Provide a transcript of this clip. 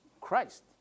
Christ